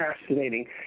fascinating